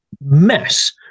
mess